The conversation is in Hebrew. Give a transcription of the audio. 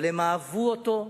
אבל הם אהבו אותו,